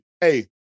hey